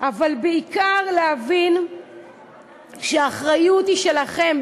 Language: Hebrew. אבל בעיקר להבין שהאחריות היא שלכם,